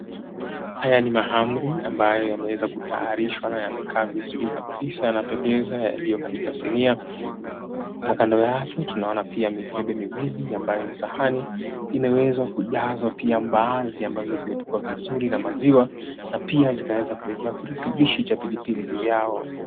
Haya ni mahamri ambayo yameweza kutayarishwa na yamekaa vizuri kabisa yanapendeza yaliyo katika sinia. Na kando yake tunaona pia mikebe miwili ambayo ni sahani imeweza kujazwa pia mbaazi ambazo zimepikwa vizuri na maziwa na pia zikaweza kuwekewa kirutubishi cha pilipili juu yao.